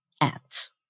acts